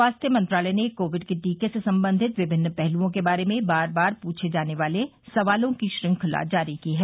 स्वास्थ मंत्रालय ने कोविड के टीके से संबंधित विमिन्न पहलुओं के बारे में बार बार पूछे जाने वाले सवालों की श्रृंखला जारी की है